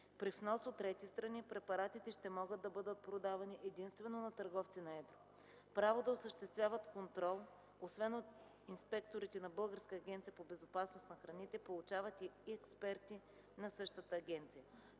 При внос от трети страни препаратите ще могат да бъдат продавани единствено на търговци на едро. Право да осъществяват контрол, освен от инспекторите от Българската агенция по безопасност на храните, получават и експерти на същата агенция.